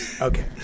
Okay